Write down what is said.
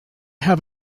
have